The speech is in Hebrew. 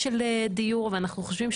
אני מבקש שאלו שישתתפו במשא ומתן יבינו